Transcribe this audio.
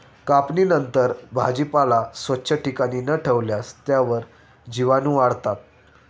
कापणीनंतर भाजीपाला स्वच्छ ठिकाणी न ठेवल्यास त्यावर जीवाणूवाढतात